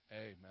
Amen